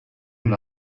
amb